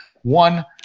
One